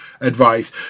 advice